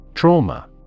Trauma